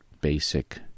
basic